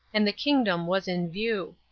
and the kingdom was in view.